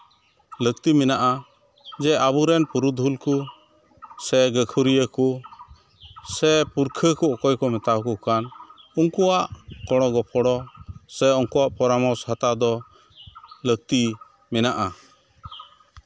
ᱞᱟᱹᱠᱛᱤ ᱢᱮᱱᱟᱜᱼᱟ ᱡᱮ ᱟᱵᱚ ᱨᱮᱱ ᱯᱩᱨᱩᱫᱷᱩᱞ ᱠᱚ ᱥᱮ ᱜᱟᱹᱠᱷᱩᱲᱤᱭᱟᱹ ᱠᱚ ᱥᱮ ᱯᱩᱨᱠᱷᱟᱹ ᱠᱚ ᱚᱠᱚᱭ ᱠᱚ ᱢᱮᱛᱟ ᱠᱚ ᱠᱟᱱ ᱩᱱᱠᱩᱣᱟᱜ ᱜᱚᱲᱚ ᱜᱚᱯᱲᱚ ᱥᱮ ᱩᱱᱠᱩᱣᱟᱜ ᱯᱚᱨᱟᱢᱚᱨᱥᱚ ᱦᱟᱛᱟᱣ ᱫᱚ ᱞᱟᱹᱠᱛᱤ ᱢᱮᱱᱟᱜᱼᱟ